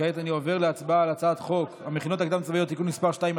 כעת אני עובר להצבעה על הצעת חוק המכינות הקדם-צבאיות (תיקון מס' 2),